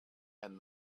and